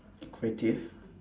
creative